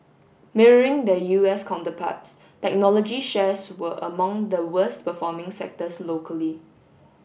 mirroring their U S counterparts technology shares were among the worst performing sectors locally